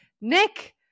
Nick